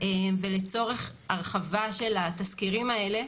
לצורך הרחבה של התסקירים האלה,